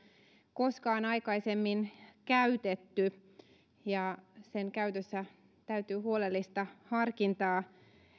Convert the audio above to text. koskaan aikaisemmin käytetty ja sen käytössä täytyy huolellista harkintaa